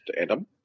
Adam